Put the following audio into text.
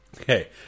okay